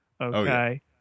okay